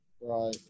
Right